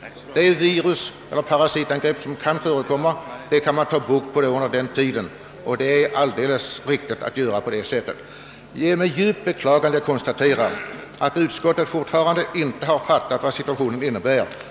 Man kan under tiden få bukt med virus och parasiter. Det är med djupt beklagande jag konstaterar att utskottet fortfarande inte har fattat situationen